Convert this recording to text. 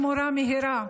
תמורה מהירה,